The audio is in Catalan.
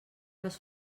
les